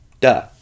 duh